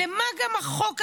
למה החוק הזה?